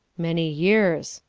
many years.